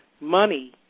Money